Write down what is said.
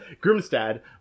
grimstad